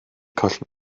colli